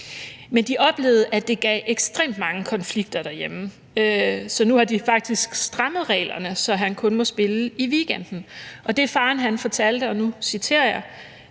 Men de oplevede, at det gav ekstremt mange konflikter derhjemme, så nu har de faktisk strammet reglerne, så han kun må spille i weekenden. Og det, faren fortalte, var, og nu citerer jeg: